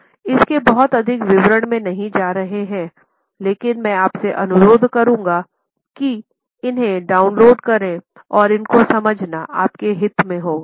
हम इसके बहुत अधिक विवरणों में नहीं जा रहे हैं लेकिन मैं आपसे अनुरोध करुंगा कि इन्हें डाउनलोड करें और समझे अपने हित के लिए